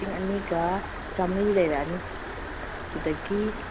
ꯂꯤꯁꯤꯡ ꯑꯅꯤꯒ ꯆꯥꯃ꯭ꯔꯤ ꯂꯩꯔꯛꯑꯅꯤ ꯑꯗꯨꯗꯒꯤ